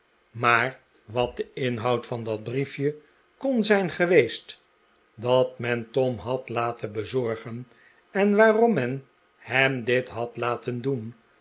maar wat de inhoud van het briefje kon zijn geweest dat men tom had laten bezorgen en waarom men hem dit had laten doen